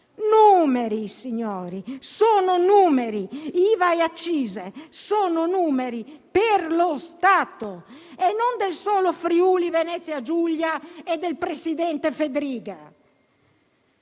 numeri, signori, sono numeri; IVA e accise sono numeri per lo Stato, e non del solo Friuli-Venezia Giulia e del presidente Fedriga.